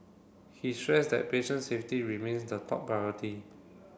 he stressed that patients safety remains the top priority